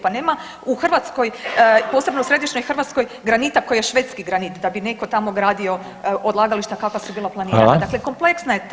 Pa nema u Hrvatskoj, posebno u središnjoj Hrvatskoj granita koji je švedski granit da bi netko tamo gradio odlagališta kakav su bila planirana [[Upadica: Hvala.]] dakle kompletna je tema.